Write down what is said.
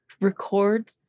record